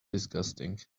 disgusting